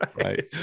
Right